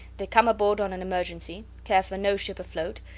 they come aboard on an emergency, care for no ship afloat,